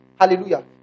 Hallelujah